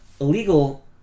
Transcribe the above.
Illegal